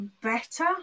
better